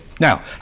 Now